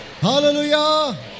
Hallelujah